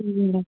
ஆமாம் மேம்